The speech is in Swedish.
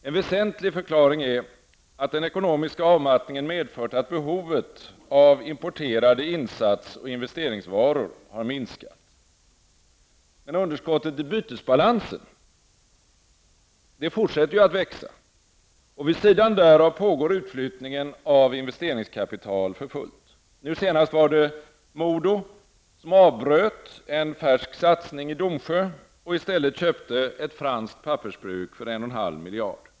En väsentlig förklaring är att den ekonomiska avmattningen medfört att behovet av importerade insats och investeringsvaror har minskat. Men underskottet i bytesbalansen fortsätter att växa, och vid sidan därav pågår utflyttningen av investeringskapital för fullt. Nu senast var det Modo som avbröt en färsk satsning i Domsjö och i stället köpte ett franskt pappersbruk för 1,5 miljard.